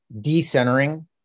decentering